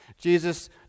Jesus